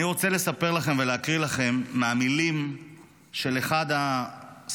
אני רוצה לספר לכם ולהקריא לכם מהמילים של אחד השחקנים.